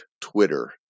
Twitter